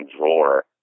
drawer